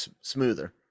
smoother